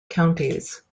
counties